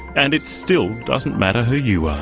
and it still doesn't matter who you are.